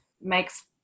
makes